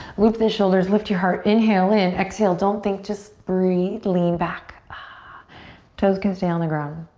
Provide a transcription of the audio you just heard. loop the shoulders, lift your heart. inhale in, exhale, don't think, just breathe, lean back. ah toes can stay on the ground.